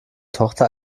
tochter